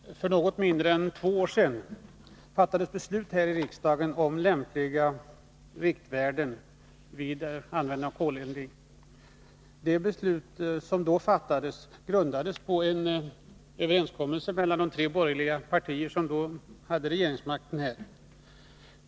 Fru talman! För något mindre än två år sedan fattades beslut här i riksdagen om lämpliga riktvärden vid användning av koleldning. Det beslut som då fattades grundades på en överenskommelse mellan de tre borgerliga partier som då hade regeringsmakten.